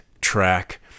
track